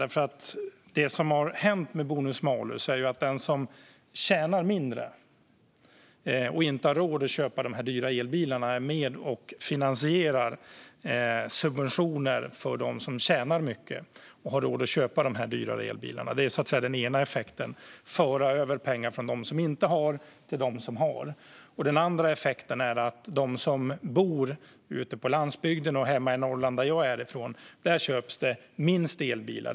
Det som har hänt med bonus-malus är ju att den som tjänar mindre och inte har råd att köpa de här dyra elbilarna är med och finansierar subventioner till dem som tjänar mycket och har råd att köpa de dyra elbilarna. Det är den ena effekten: att pengar överförs från dem som inte har till dem som har. Den andra effekten är att de som bor ute på landsbygden och hemma i Norrland, där jag är ifrån, köper minst elbilar.